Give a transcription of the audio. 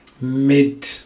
mid